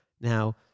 Now